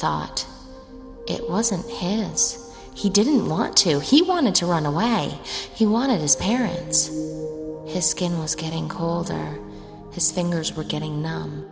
thought it wasn't hands he didn't want to he wanted to run away he wanted his parents his skin was getting colder his fingers were getting